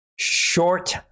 Short